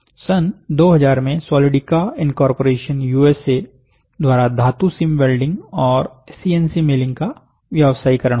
सन 2000 में Solidica incorporation USA Solidica Inc USA द्वारा धातु सिम वेल्डिंग और सीएनसी मिलिंग का व्यवसायीकरण हुआ था